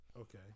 Okay